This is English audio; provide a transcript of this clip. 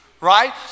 right